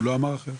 הוא לא אמר אחרת.